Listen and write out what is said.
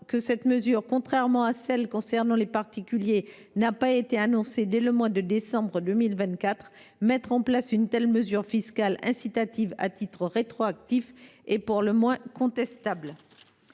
que cette mesure, contrairement à celle qui concerne les particuliers, n’a pas été annoncée dès le mois de décembre 2024. Or mettre en place une telle mesure fiscale incitative à titre rétroactif est pour le moins contestable.